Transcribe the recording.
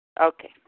Okay